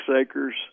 acres